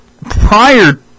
prior